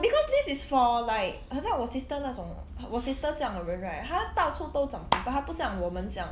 because this is for like 好像我 sister 那种我 sister 这样的人 right 她到处都长 pimple 她不像我们这样